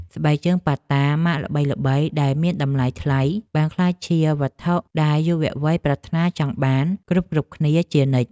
ស្បែកជើងប៉ាតាម៉ាកល្បីៗដែលមានតម្លៃថ្លៃបានក្លាយជាវត្ថុដែលយុវវ័យប្រាថ្នាចង់បានគ្រប់ៗគ្នាជានិច្ច។